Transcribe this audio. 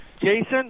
Jason